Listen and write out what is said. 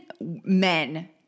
men